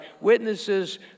witnesses